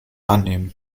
annehmen